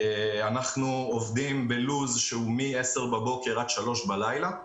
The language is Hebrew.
אנחנו עובדים בלו"ז משעה 10:00 בבוקר עד 03:00 בלילה.